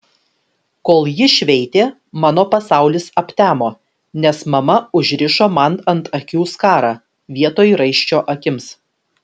kol ji šveitė mano pasaulis aptemo nes mama užrišo man ant akių skarą vietoj raiščio akims